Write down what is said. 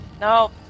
No